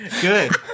Good